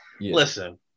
Listen